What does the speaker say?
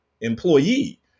employee